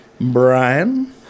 Brian